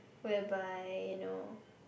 whereby you know